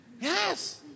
Yes